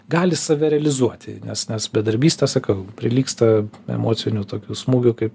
gali save realizuoti nes nes bedarbystė sakau prilygsta emociniu tokiu smūgiu kaip